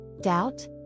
Doubt